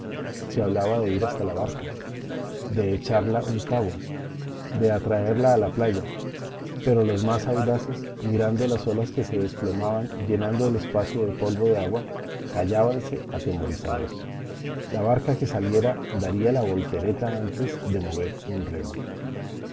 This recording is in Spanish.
se hablaba de ir hasta la barca de echarla un cabo de atraerla a la playa pero los más audaces mirando las olas que se desplomaban llenando el espacio de polvo de agua callábanse atemorizados la barca que saliera daría la voltereta antes de mover un remo